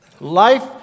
Life